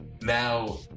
now